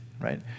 right